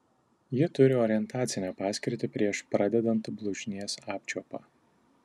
ji turi orientacinę paskirtį prieš pradedant blužnies apčiuopą